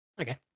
Okay